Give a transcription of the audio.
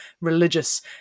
religious